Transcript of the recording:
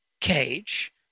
cage